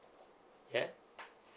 yeah